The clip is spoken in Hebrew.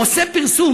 הוא עושה פרסום,